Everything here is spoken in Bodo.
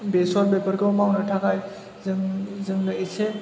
बेसर बेफोरखौ मावनो थाखाय जों जोंनो एसे